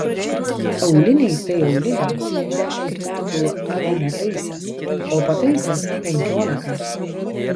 auliniai tai auliniai dešimt metų avi netaisęs o pataisęs penkiolika